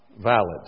valid